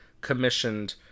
commissioned